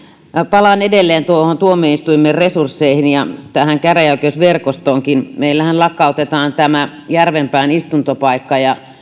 palaan edelleen tuomioistuimien resursseihin ja käräjäoikeusverkostoonkin meillähän lakkautetaan järvenpään istuntopaikka